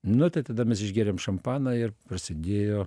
nu tai tada mes išgėrėm šampaną ir prasidėjo